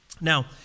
Now